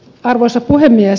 arvoisa puhemies